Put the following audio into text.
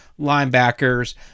linebackers